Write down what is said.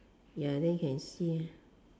ya then you can see ah